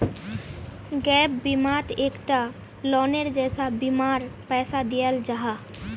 gap बिमात एक टा लोअनेर जैसा बीमार पैसा दियाल जाहा